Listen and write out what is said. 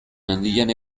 handian